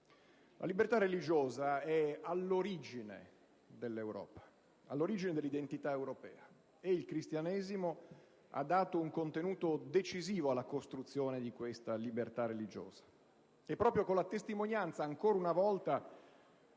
La libertà religiosa è all'origine dell'Europa, all'origine dell'identità europea, e il Cristianesimo ha dato un contenuto decisivo alla costruzione di questa libertà religiosa. È proprio con la testimonianza ancora una volta